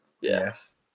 Yes